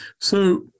So-